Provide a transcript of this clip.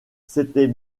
s’était